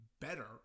better